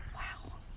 wow.